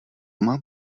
mám